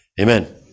Amen